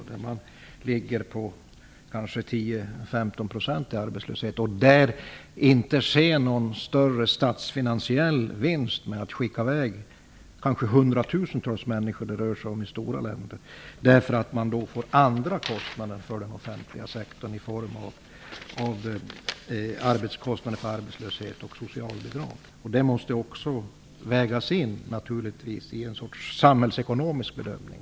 Arbetslösheten ligger på kanske 10 - Där sker inte någon större statsfinansiell vinst genom att man skickar i väg hundratusentals människor, som det kanske rör sig om i stora länder, därför att den offentliga sektorn då får andra kostnader i form av socialbidrag och kostnader för arbetslöshet. Vad som är vettigt måste naturligtvis också vägas in i en sorts samhällsekonomisk bedömning.